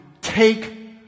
take